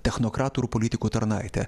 technokratų ir politikų tarnaite